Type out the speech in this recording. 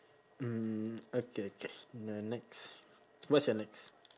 mm okay okay the next what's your next